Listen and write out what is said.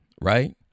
Right